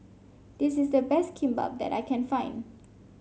this is the best Kimbap that I can find